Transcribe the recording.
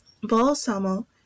Balsamo